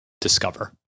discover